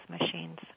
machines